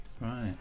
right